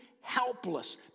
helpless